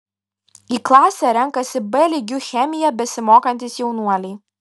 į klasę renkasi b lygiu chemiją besimokantys jaunuoliai